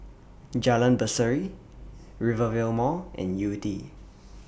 Jalan Berseri Rivervale Mall and Yew Tee